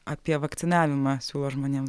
apie vakcinavimą siūlo žmonėm